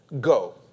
Go